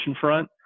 front